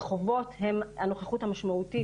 רחובות הם הנוכחות המשמעותית,